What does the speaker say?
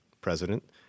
president